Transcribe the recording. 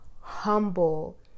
humble